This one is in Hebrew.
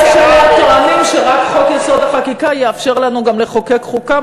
יש אלה הטוענים שרק חוק-יסוד: החקיקה יאפשר לנו גם לחוקק חוקה,